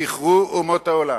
זכרו, אומות העולם,